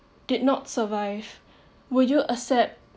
did not survive would you accept